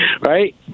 Right